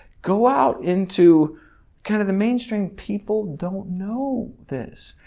go out into kind of the mainstream people don't know this,